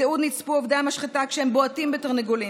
בתיעוד נצפו עובדי המשחטה כשהם בועטים בתרנגולים